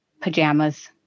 pajamas